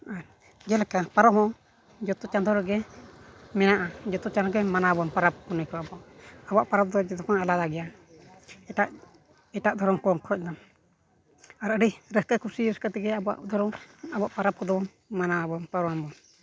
ᱟᱨ ᱡᱮᱞᱮᱠᱟ ᱯᱚᱨᱚᱵᱽ ᱦᱚᱸ ᱡᱚᱛᱚ ᱪᱟᱸᱫᱳ ᱨᱮᱜᱮ ᱢᱮᱱᱟᱜᱼᱟ ᱡᱚᱛᱚ ᱪᱟᱸᱫᱚ ᱨᱮᱜᱮ ᱢᱟᱱᱟᱣ ᱟᱵᱚᱱ ᱯᱚᱨᱚᱵᱽ ᱯᱩᱱᱟᱹᱭ ᱠᱚ ᱟᱵᱚᱣᱟᱜ ᱯᱚᱨᱚᱵᱽ ᱫᱚ ᱡᱚᱛᱚ ᱠᱷᱚᱱ ᱟᱞᱟᱫᱟ ᱜᱮᱭᱟ ᱮᱴᱟᱜ ᱫᱷᱚᱨᱚᱢ ᱠᱚᱨᱮ ᱠᱷᱚᱱ ᱫᱚ ᱟᱨ ᱟᱹᱰᱤ ᱠᱩᱥᱤ ᱨᱟᱹᱥᱠᱟᱹ ᱛᱮᱜᱮ ᱟᱵᱚᱣᱟᱜ ᱫᱷᱚᱨᱚᱢ ᱟᱵᱚᱣᱟᱜ ᱯᱚᱨᱚᱵᱽ ᱠᱚᱫᱚ ᱢᱟᱱᱟᱣ ᱟᱵᱚᱱ